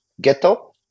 Ghetto